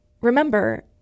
Remember